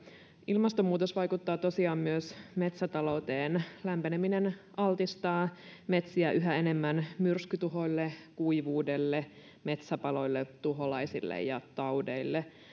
ilmastonmuutos vaikuttaa tosiaan myös metsätalouteen lämpeneminen altistaa metsiä yhä enemmän myrskytuhoille kuivuudelle metsäpaloille tuholaisille ja taudeille